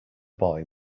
boy